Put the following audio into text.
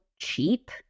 cheap